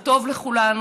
זה טוב לכולנו,